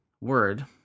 word